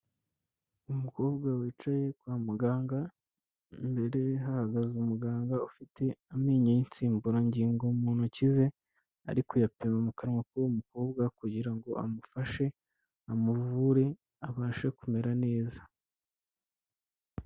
Umukobwa wicaye kwa muganga, imbere ye hahagaze umuganga ufite amenyo y'insimburangingo mu ntoki ze, ari kuyapima mu kanwa k'uwo mukobwa kugira ngo amufashe amuvure abashe kumera neza.